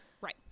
Right